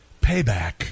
payback